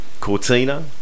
Cortina